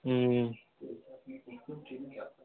হুম হুম